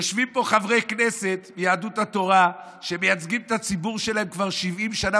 יושבים פה חברי כנסת מיהדות התורה שמייצגים את הציבור שלהם כבר 70 שנה,